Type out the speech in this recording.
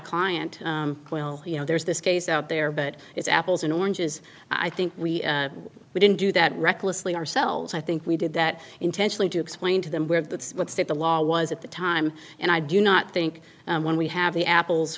client well you know there's this case out there but it's apples and oranges i think we didn't do that recklessly ourselves i think we did that intentionally to explain to them where that's what state the law was at the time and i do not think when we have the apples